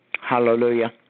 Hallelujah